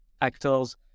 actors